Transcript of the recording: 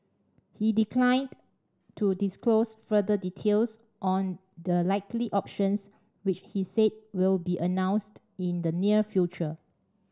he declined to disclose further details on the likely options which he said will be announced in the near future